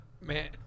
Man